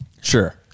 Sure